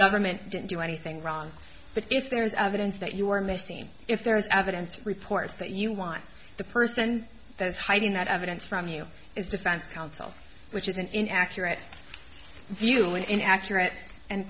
government didn't do anything wrong but if there is evidence that you are missing if there is evidence reports that you want the person that is hiding that evidence from you is defense counsel which is an inaccurate view an inaccurate and